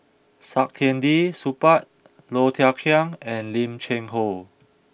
Saktiandi Supaat Low Thia Khiang and Lim Cheng Hoe